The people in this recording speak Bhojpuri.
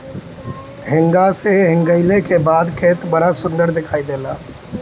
हेंगा से हेंगईले के बाद खेत बड़ा सुंदर दिखाई देला